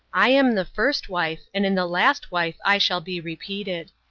i am the first wife and in the last wife i shall be repeated.